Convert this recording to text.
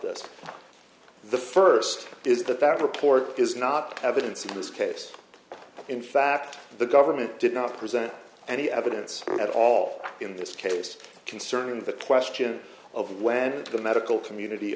this the first is that that report is not evidence in this case in fact the government did not present any evidence at all in this case concerning the question of when to the medical community